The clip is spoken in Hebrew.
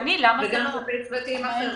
וגם כלפי צוותים אחרים.